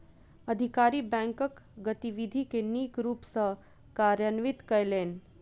अधिकारी बैंकक गतिविधि के नीक रूप सॅ कार्यान्वित कयलैन